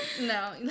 no